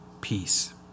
peace